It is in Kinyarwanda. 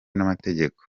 n’amategeko